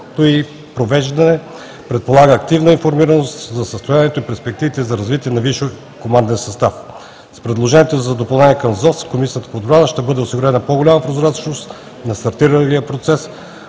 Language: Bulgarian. Комисията по отбрана ще бъде осигурена по-голяма прозрачност на стартиралия процес